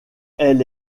elle